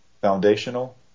foundational